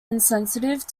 insensitive